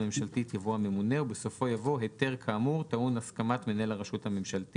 הסיפה המתחילה במילים "אלא שמנהל הרשות הממשלתית"